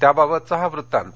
त्याबाबतचा हा वृत्तांत